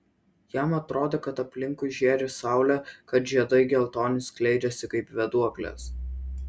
jam atrodė kad aplinkui žėri saulė kad žiedai geltoni skleidžiasi kaip vėduoklės